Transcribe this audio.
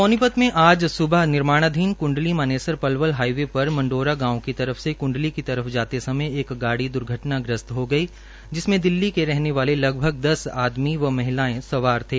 सोनीपत में आज सुबह निर्माणधीन कुंडली मानेसर पलवल हाईवे पर मंडोरा गांव की तरफ जाते समय एक गाड़ी द्र्घटनाग्रस्त हो गई जिससें दिल्ली के रहने वाले लगभग दस आदमी व महिलाएं सवार थे